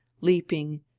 leaping